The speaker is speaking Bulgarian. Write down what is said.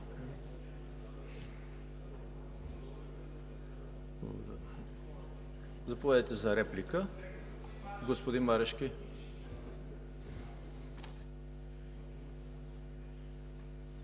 Заповядайте за реплика, господин Марешки.